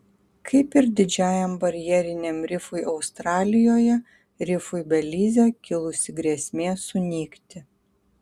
kaip ir didžiajam barjeriniam rifui australijoje rifui belize kilusi grėsmė sunykti